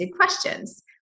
questions